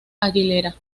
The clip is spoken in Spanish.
aguilera